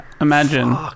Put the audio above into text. Imagine